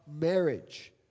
marriage